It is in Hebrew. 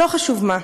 לא חשוב מה.